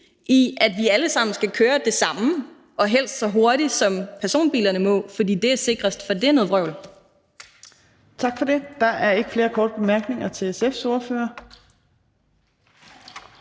i, at vi alle sammen skal køre det samme og helst så hurtigt, som personbilerne må, fordi det er sikrest. For det er noget vrøvl. Kl. 15:51 Fjerde næstformand (Trine Torp): Tak for det. Der er ikke flere korte bemærkninger til SF's ordfører.